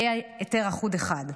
יהיה היתר אחוד אחד.